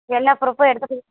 எல்லா ப்ரூஃப்பும் எடுத்துட்டு